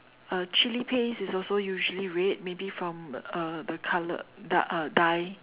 uh chili paste is also usually red maybe from uh the colour the uh dye